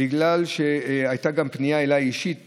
בגלל שהייתה אליי גם פנייה אישית